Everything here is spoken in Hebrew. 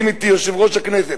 יסכים אתי יושב-ראש הכנסת,